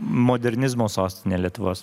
modernizmo sostinė lietuvos